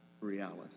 reality